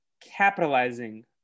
capitalizing